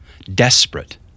desperate